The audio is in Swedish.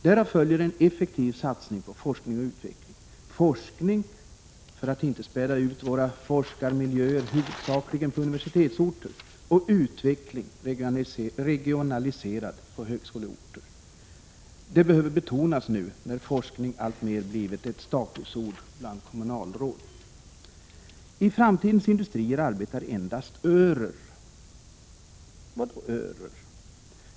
Därav följer en effektiv satsning på forskning och utveckling — forskning för att inte späda ut våra forskarmiljöer huvudsakligen på universitetsorter och utveckling regionaliserad på högskoleorter. Det behöver betonas nu, när forskning alltmer har blivit ett statusord bland kommunalråd. I framtidens industrier arbetar endast örer. Vad är då örer?